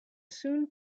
soon